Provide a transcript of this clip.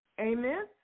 Amen